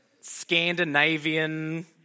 Scandinavian